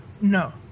No